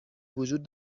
وجود